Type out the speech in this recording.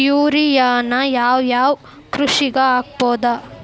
ಯೂರಿಯಾನ ಯಾವ್ ಯಾವ್ ಕೃಷಿಗ ಹಾಕ್ಬೋದ?